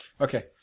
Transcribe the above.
Okay